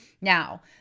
Now